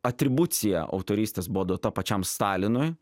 atribucija autorystės buvo duota pačiam stalinui